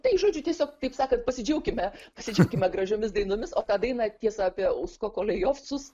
tai žodžiu tiesiog kaip sakant pasidžiaukime pasidžiaukime gražiomis dainomis o tą daina tiesa apie uskokolejovcus